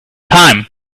time